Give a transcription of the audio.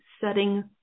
setting